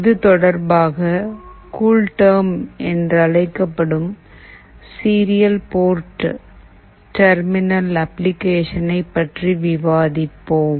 இது தொடர்பாக கூல்டெர்ம் என்றழைக்கப்படும் சீரியல் போர்ட் டெர்மினல் அப்ளிகேஷனை பற்றி விவாதிப்போம்